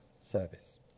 service